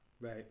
Right